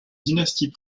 dynasties